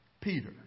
Peter